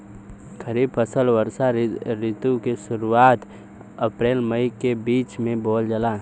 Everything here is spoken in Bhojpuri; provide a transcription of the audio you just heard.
खरीफ फसल वषोॅ ऋतु के शुरुआत, अपृल मई के बीच में बोवल जाला